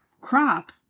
crop